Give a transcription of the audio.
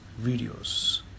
videos